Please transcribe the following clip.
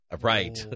right